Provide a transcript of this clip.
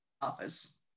office